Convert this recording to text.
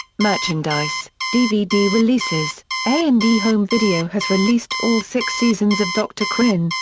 merchandise dvd releases a and e home video has released all six seasons of dr. quinn,